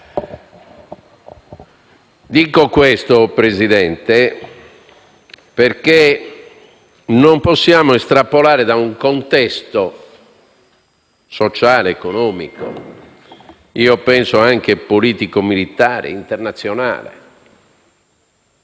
Dico questo, signor Presidente, perché non possiamo estrapolare da un contesto sociale ed economico, penso anche politico e militare internazionale,